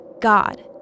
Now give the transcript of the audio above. God